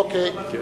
אוקיי.